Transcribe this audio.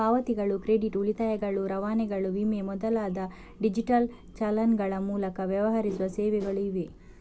ಪಾವತಿಗಳು, ಕ್ರೆಡಿಟ್, ಉಳಿತಾಯಗಳು, ರವಾನೆಗಳು, ವಿಮೆ ಮೊದಲಾದ ಡಿಜಿಟಲ್ ಚಾನಲ್ಗಳ ಮೂಲಕ ವ್ಯವಹರಿಸುವ ಸೇವೆಗಳು ಇವೆ